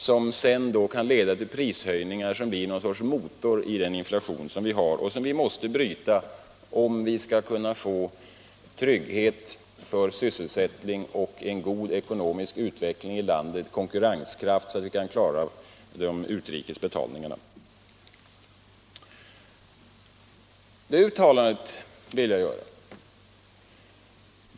Därigenom får man prishöjningar som fungerar som motor i den inflation som vi har och som vi måste bryta, om vi skall kunna få trygghet för sysselsättningen och en god ekonomisk utveckling och konkurrenskraft i vårt land, vilket är en förutsättning för att vi skall klara utrikesbetalningarna.